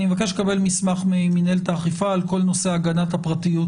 אני מבקש לקבל מסמך ממנהלת האכיפה על כל נושא הגנת הפרטיות